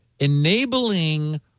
Enabling